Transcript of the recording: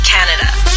Canada